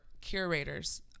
curators